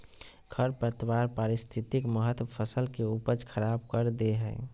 खरपतवार पारिस्थितिक महत्व फसल के उपज खराब कर दे हइ